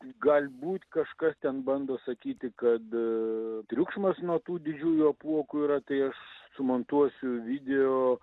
galbūt kažkas ten bando sakyti kad triukšmas nuo tų didžiųjų apuokų yra tai aš sumontuosiu video